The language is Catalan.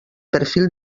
perfil